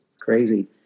crazy